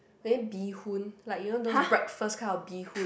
maybe bee hoon like you know those breakfast kind of bee hoon